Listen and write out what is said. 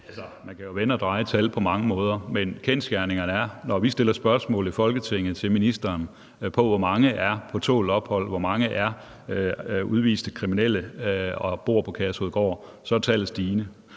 Man kan jo vende og dreje tal på mange måder, men kendsgerningerne er, at når vi stiller spørgsmål i Folketinget til ministeren om, hvor mange der er på tålt ophold, hvor mange der er udviste kriminelle og bor på Kærshovedgård, er tallet stigende.